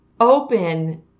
Open